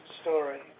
story